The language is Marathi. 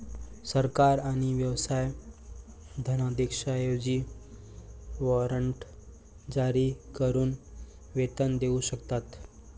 सरकार आणि व्यवसाय धनादेशांऐवजी वॉरंट जारी करून वेतन देऊ शकतात